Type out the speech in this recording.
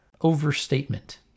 overstatement